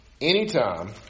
Anytime